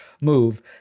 move